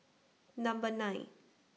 Number nine